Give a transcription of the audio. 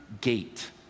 Gate